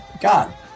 God